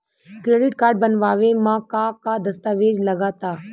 Credit card बनवावे म का का दस्तावेज लगा ता?